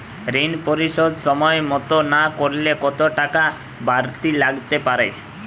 ঋন পরিশোধ সময় মতো না করলে কতো টাকা বারতি লাগতে পারে?